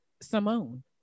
Simone